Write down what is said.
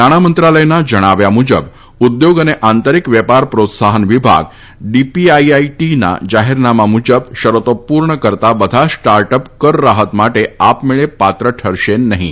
નાણાં મંત્રાલયના જણાવ્યા મુજબ ઉદ્યોગ અને આંતરિક વેપાર પ્રોત્સાહન વિભાગ ડીપીઆઈઆઈટીના જાહેરનામા મુજબ શરતો પૂર્ણ કરતા બધા જ સ્ટાર્ટઅપ કરરાહત માટે આપમેળે પાત્ર ઠરશે નહીં